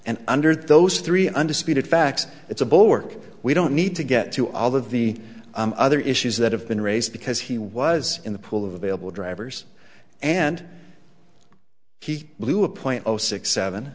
and under those three undisputed facts it's a bulwark we don't need to get to all of the other issues that have been raised because he was in the pool of available drivers and he blew a point zero six seven